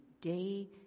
day